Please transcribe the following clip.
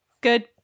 Good